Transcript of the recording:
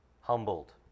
humbled